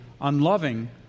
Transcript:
unloving